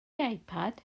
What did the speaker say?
ipad